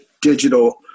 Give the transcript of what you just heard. digital